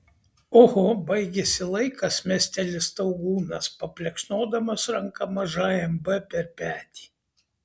oho baigėsi laikas mesteli staugūnas paplekšnodamas ranka mažajam b per petį